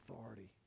authority